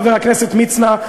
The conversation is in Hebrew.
חבר הכנסת מצנע,